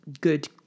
good